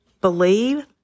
believe